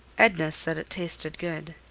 edna said it tasted good.